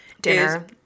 dinner